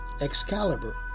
Excalibur